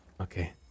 Okay